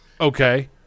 Okay